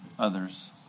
Others